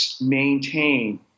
maintain